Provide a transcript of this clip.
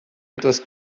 etwas